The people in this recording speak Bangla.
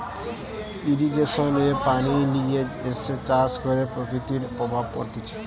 ইরিগেশন এ পানি লিয়ে এসে চাষ করে প্রকৃতির প্রভাব পড়তিছে